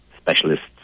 specialists